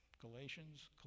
Galatians